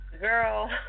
girl